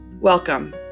welcome